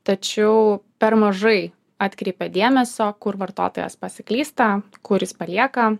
tačiau per mažai atkreipia dėmesio kur vartotojas pasiklysta kur jis palieka